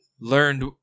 learned